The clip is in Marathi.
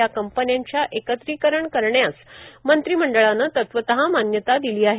या कंपन्यांच्या एकत्रीकरण करण्यास मंत्रिमंळानं तत्वतः मान्यता दिली आहे